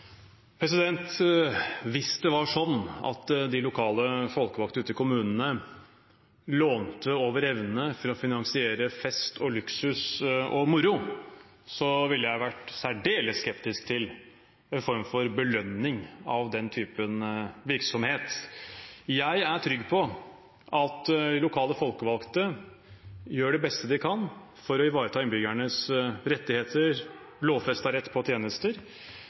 Hvis det var sånn at lokale folkevalgte ute i kommunene lånte over evne for å finansiere fest, luksus og moro, ville jeg vært særdeles skeptisk til en form for belønning av den typen virksomhet. Jeg er trygg på at lokale folkevalgte gjør det beste de kan for å ivareta innbyggernes rettigheter og lovfestede rett til tjenester,